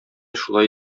шулай